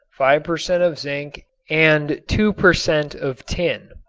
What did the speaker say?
five per cent. of zinc and two per cent. of tin.